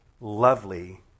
lovely